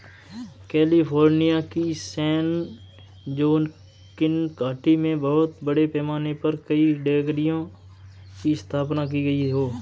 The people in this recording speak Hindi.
कैलिफोर्निया की सैन जोकिन घाटी में बहुत बड़े पैमाने पर कई डेयरियों की स्थापना की गई है